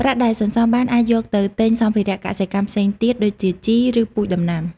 ប្រាក់ដែលសន្សំបានអាចយកទៅទិញសម្ភារៈកសិកម្មផ្សេងទៀតដូចជាជី ឬពូជដំណាំ។